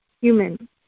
human